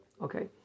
Okay